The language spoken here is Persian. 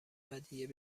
ودیعه